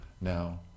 Now